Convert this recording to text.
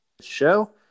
Show